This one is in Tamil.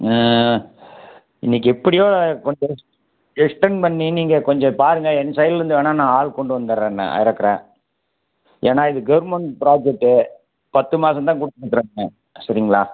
இன்னைக்கி எப்படியோ கொஞ்சம் எக்ஸ்டன் பண்ணி நீங்கள் கொஞ்சம் பாருங்கள் என் சைடுலேருந்து வேணுனா நான் ஆள் கொண்டு வந்துட்றேன் இறக்குறேன் ஏன்னா இது கவர்மெண்ட் ப்ராஜெக்ட்டு பத்து மாதம் தான் கொடுத்துருக்காங்க சரிங்களா